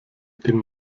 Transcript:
den